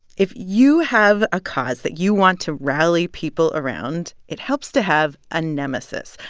if you have a cause that you want to rally people around, it helps to have a nemesis,